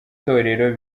torero